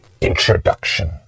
introduction